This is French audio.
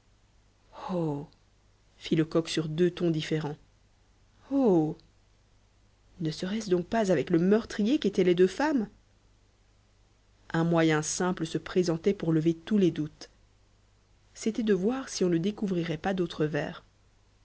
fit lecoq sur deux tons différents oh ne serait-ce donc pas avec le meurtrier qu'étaient les deux femmes un moyen simple se présentait pour lever tous les doutes c'était de voir si on ne découvrirait pas d'autres verres